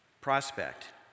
prospect